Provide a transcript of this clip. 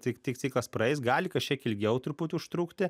tik tik ciklas praeis gali kažkiek ilgiau truputį užtrukti